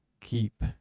keep